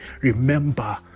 remember